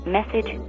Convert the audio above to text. Message